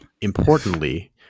importantly